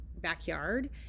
backyard